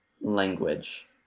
language